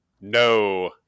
no